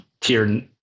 tier